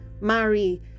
marry